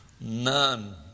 none